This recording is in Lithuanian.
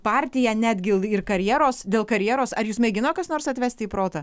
partiją netgi ir karjeros dėl karjeros ar jus mėgino kas nors atvesti į protą